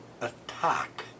attack